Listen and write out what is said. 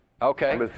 Okay